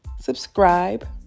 subscribe